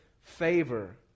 favor